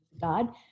God